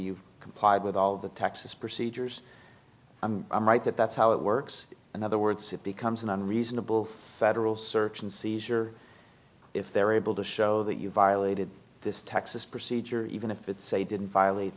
you complied with all the texas procedures and i'm right that that's how it works in other words it becomes an unreasonable federal search and seizure if they're able to show that you violated this texas procedure even if it's a didn't violate